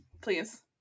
please